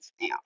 now